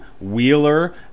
Wheeler